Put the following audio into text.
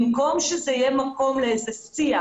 במקום שזה יהיה מקום לאיזה שיח,